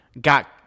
got